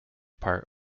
part